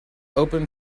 open